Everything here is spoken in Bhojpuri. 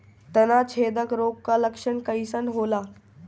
तना छेदक रोग का लक्षण कइसन होला?